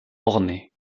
ornées